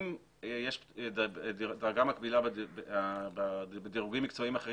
אם יש דרגה מקבילה בדירוגים מקצועיים אחרים